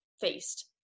faced